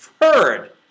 heard